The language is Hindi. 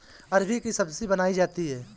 अरबी की सब्जी बनायीं जाती है